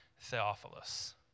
Theophilus